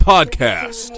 Podcast